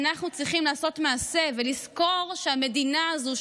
אנחנו צריכים לעשות מעשה ולזכור שהמדינה הזאת,